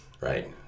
Right